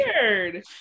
weird